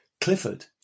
Clifford